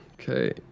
Okay